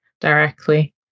directly